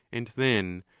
and then,